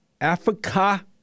Africa